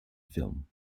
film